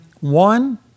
one